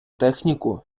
техніку